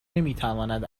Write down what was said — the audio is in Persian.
نمیتواند